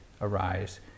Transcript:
arise